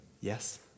yes